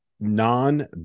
Non